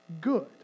Good